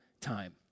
time